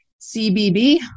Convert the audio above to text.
CBB